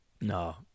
No